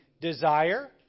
desire